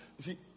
see